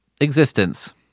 existence